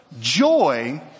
Joy